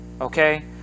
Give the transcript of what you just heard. okay